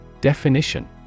Definition